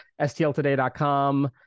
stltoday.com